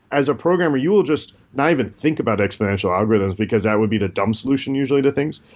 as a program, you will just not even think about exponential algorithms because that would be the dumb solution usually to things.